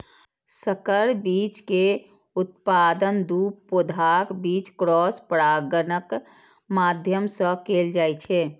संकर बीज के उत्पादन दू पौधाक बीच क्रॉस परागणक माध्यम सं कैल जाइ छै